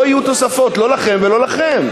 לא יהיו תוספות, לא לכם ולא לכם.